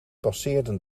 passeerden